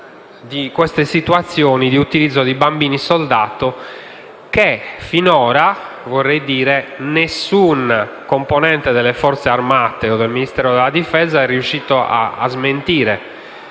di certe situazioni e l'utilizzo di bambini soldato che, finora - vorrei dirlo - nessun componente delle Forze armate o del Ministero della difesa è riuscito a smentire.